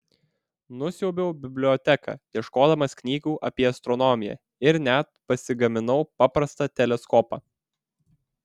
nusiaubiau biblioteką ieškodamas knygų apie astronomiją ir net pasigaminau paprastą teleskopą